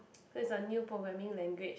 so it's a new programming language